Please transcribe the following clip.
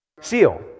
Seal